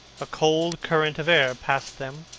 a cold current of air passed them,